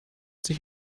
sich